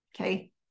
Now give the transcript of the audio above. Okay